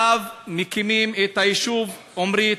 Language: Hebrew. ומקימים עליו את היישוב עומרית,